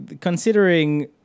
considering